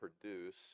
produce